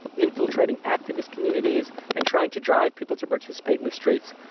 infiltrating activist communities and trying to drive people to participate in the streets,